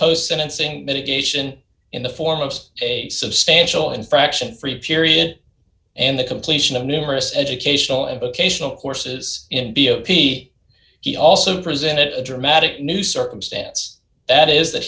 post sentencing mitigation in the foremost a substantial infraction free period and the completion of numerous educational and vocational courses in b o p he also presented a dramatic new circumstance that is that